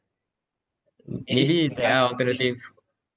maybe there are alternative